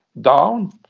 down